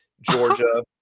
Georgia